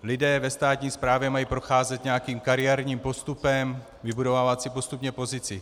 Lidé ve státní správě mají procházet nějakým kariérním postupem, vybudovávat si postupně pozici.